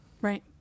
Right